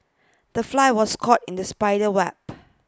the fly was caught in the spider web